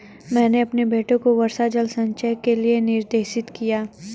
मैंने अपने बेटे को वर्षा जल संचयन के लिए निर्देशित किया